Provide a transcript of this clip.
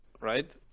right